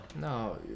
No